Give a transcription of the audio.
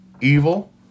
evil